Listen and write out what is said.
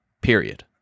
period